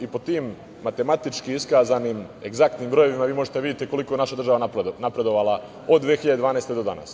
I po tim matematički iskazanim egzaktnim brojevima vi možete da vidite koliko je naša država napredovala od 2012. do danas.